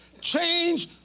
Change